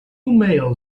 male